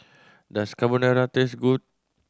does Carbonara taste good